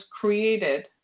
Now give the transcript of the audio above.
created